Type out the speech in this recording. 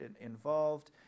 involved